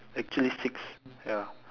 actually six ya